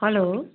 hello